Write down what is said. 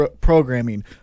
programming